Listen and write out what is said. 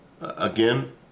Again